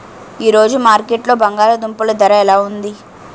ఈ రోజు మార్కెట్లో బంగాళ దుంపలు ధర ఎలా ఉంది?